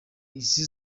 izi